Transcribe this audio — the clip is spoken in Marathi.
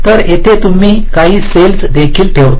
तर इथे तुम्ही काही सेल्स देखील ठेवता